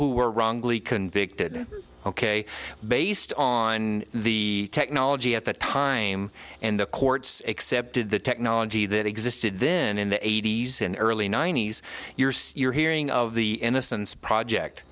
who were wrongly convicted ok based on the technology at the time and the courts accepted the technology that existed then in the eighty's and early ninety's you're hearing of the innocence project